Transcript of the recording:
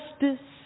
justice